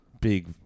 big